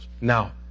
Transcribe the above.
Now